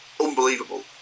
unbelievable